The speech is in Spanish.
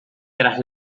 tras